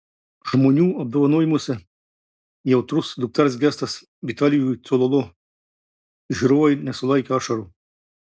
žmonių apdovanojimuose jautrus dukters gestas vitalijui cololo žiūrovai nesulaikė ašarų